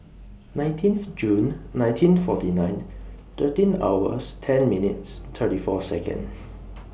nineteenth June nineteen forty nine thirteen hours ten minutes thirty four Seconds